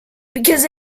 because